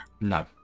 No